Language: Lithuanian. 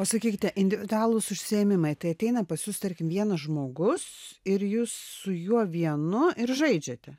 o sakykite individualūs užsiėmimai tai ateina pas jus tarkim vienas žmogus ir jūs su juo vienu ir žaidžiate